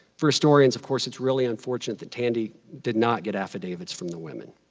for historians, of course, it's really unfortunate that tandy did not get affidavits from the women,